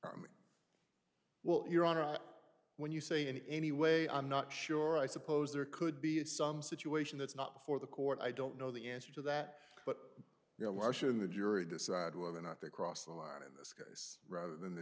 way well your honor when you say in any way i'm not sure i suppose there could be some situation that's not before the court i don't know the answer to that but you know marcia in the jury decide whether or not they cross the line in this case rather than the